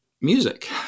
music